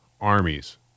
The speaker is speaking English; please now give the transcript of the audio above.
armies